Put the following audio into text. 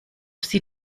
sie